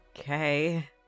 Okay